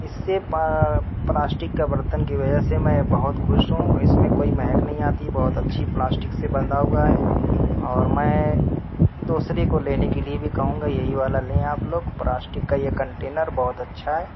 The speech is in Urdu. اس سے پا پلاسٹک کا برتن کی وجہ سے میں بہت خوش ہوں اس میں کوئی مہک نہیں آتی بہت اچھی پلاسٹک سے بندھا ہوا ہے اور میں دوسرے کو لینے کے لئے بھی کہوں گا یہی والا لیں آپ لوگ پلاسٹک کا یہ کنٹینر بہت اچھا ہے